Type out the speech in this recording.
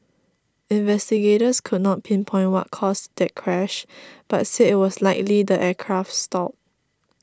investigators could not pinpoint what caused that crash but said it was likely the aircraft stall